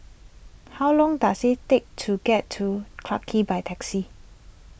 how long does it take to get to Clarke Quay by taxi